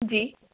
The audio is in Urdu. جی